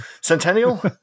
Centennial